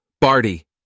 Barty